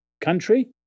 country